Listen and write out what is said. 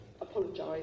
apologise